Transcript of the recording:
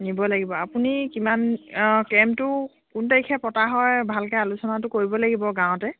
নিব লাগিব আপুনি কিমান অঁ কেম্পটো কোন তাৰিখে পতা হয় ভালকৈ আলোচনাটো কৰিব লাগিব গাঁৱতে